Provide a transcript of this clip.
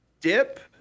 dip